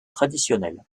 traditionnel